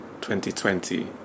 2020